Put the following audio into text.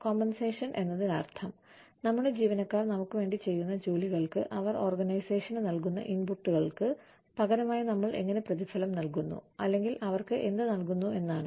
compensation എന്നതിനർത്ഥം നമ്മുടെ ജീവനക്കാർ നമുക്കുവേണ്ടി ചെയ്യുന്ന ജോലികൾക്ക് അവർ ഓർഗനൈസേഷന് നൽകുന്ന ഇൻപുട്ടുകൾക്ക് പകരമായി നമ്മൾ എങ്ങനെ പ്രതിഫലം നൽകുന്നു അല്ലെങ്കിൽ അവർക്ക് എന്ത് നൽകുന്നു എന്നാണ്